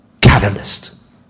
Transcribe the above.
catalyst